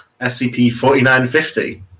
SCP-4950